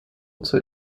zur